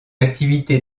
activité